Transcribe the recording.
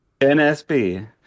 NSB